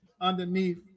underneath